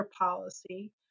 policy